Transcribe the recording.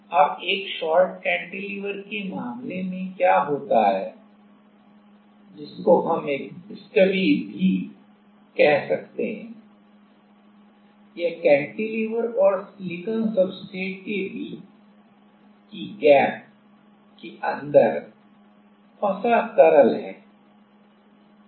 अब एक short cantilever के मामले में क्या होता है जिसको हम एक स्टवी भी कह सकते हैं यह कैंटिलीवर और सिलिकॉन सब्सट्रेट के बीच की गैप Gap रिक्त स्थान के अंदर फंसा तरल है